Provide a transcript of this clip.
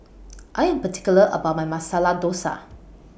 I Am particular about My Masala Dosa